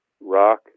rock